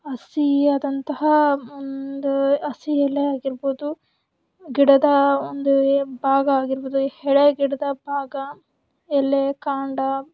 ಹಸಿಯಾದಂತಹ ಒಂದು ಹಸಿ ಎಲೆ ಆಗಿರ್ಬೋದು ಗಿಡದ ಒಂದು ಭಾಗ ಆಗಿರ್ಬೋದು ಎಳೆ ಗಿಡದ ಭಾಗ ಎಲೆ ಕಾಂಡ